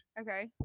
okay